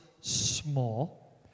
small